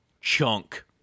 chunk